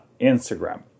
Instagram